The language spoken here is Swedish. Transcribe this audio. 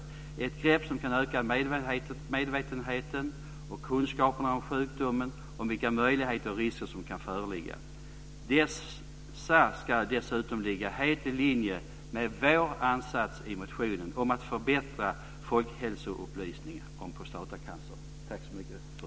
Det är ett grepp som kan öka medvetenheten och kunskaperna om sjukdomen och om vilka möjligheter och risker som kan föreligga. Detta skulle dessutom ligga helt i linje med vår ansats i motionen om att förbättra folkhälsoupplysningen om prostatacancer.